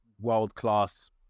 world-class